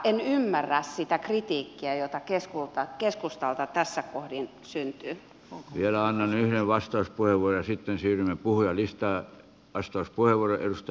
en ymmärrä sitä kritiikkiä jota keskustalta tässä kohdin selittyy hu työllään yhä vasta kun euro sitten syynä puhdistaa paistos puiu syntyy